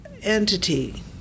entity